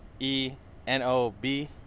E-N-O-B